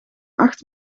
acht